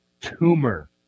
tumor